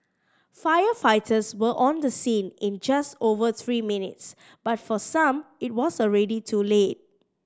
firefighters were on the scene in just over three minutes but for some it was already too late